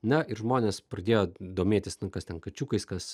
na ir žmonės pradėjo domėtis kas ten kačiukais kas